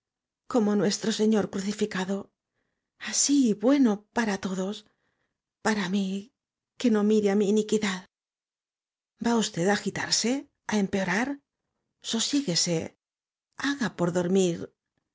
como nuestro señor crucificado así bueno para todos para mí que no mire á mi iniquidad va usted á agitarse a empeorar sosiégúese haga por dormir